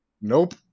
Nope